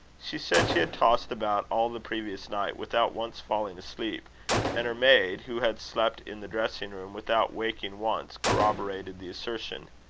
she said she had tossed about all the previous night without once falling asleep and her maid, who had slept in the dressing-room without waking once, corroborated the assertion.